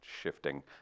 shifting